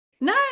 no